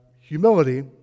humility